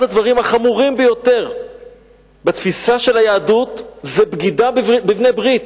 אחד הדברים החמורים ביותר בתפיסה של היהדות זה בגידה בבעלי-ברית.